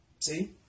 See